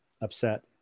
Upset